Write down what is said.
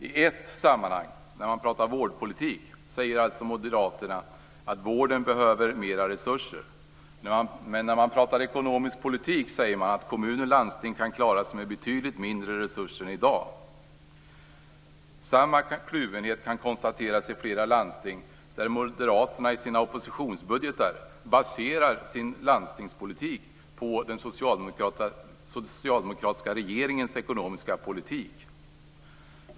I ett sammanhang, när man pratar vårdpolitik, säger alltså Moderaterna att vården behöver mer resurser. Men när man pratar ekonomisk politik säger man att kommuner och landsting kan klara sig med betydligt mindre resurser än i dag. Samma kluvenhet kan konstateras i flera landsting där Moderaterna i sina oppositionsbudgetar baserar sin landstingspolitik på den socialdemokratiska regeringens ekonomiska politik.